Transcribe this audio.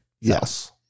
yes